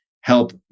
help